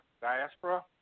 diaspora